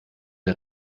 der